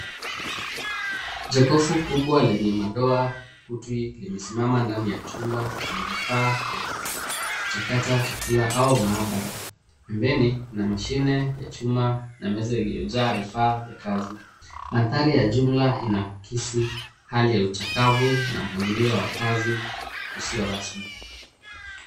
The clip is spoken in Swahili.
Jokofu kubwa lenye madoa ya kutu limesimama ndani ya chumba chenye vifaa vya kuchakata chakula au maabara. Pembeni, kuna mashine ya chuma na meza iliyojaa vifaa vya kazi. Mandhari ya jumla inaakisi hali ya uchakavu na mpangilio wa kazi usio rasmi.